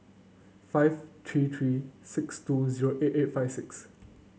five three three six two zero eight eight five six